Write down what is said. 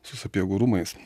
su sapiegų rūmais